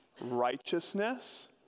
righteousness